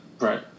right